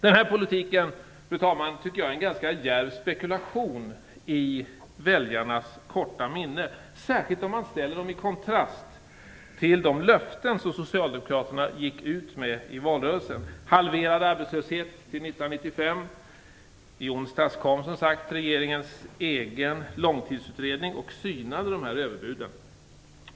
Denna politik, fru talman, är en ganska djärv spekulation i väljarnas korta minne, särskilt om man ställer den i kontrast till de löften som socialdemokraterna gick ut med i valrörelsen. Arbetslösheten skulle halveras till 1995. I onsdags kom, som sagt, regeringens egen långtidsutredning och synade överbuden.